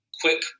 quick